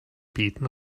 beten